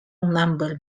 number